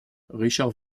richard